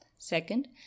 second